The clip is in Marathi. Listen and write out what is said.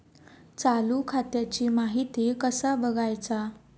चालू खात्याची माहिती कसा बगायचा?